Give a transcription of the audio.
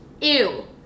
Ew